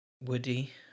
Woody